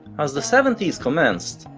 as the seventy s commenced,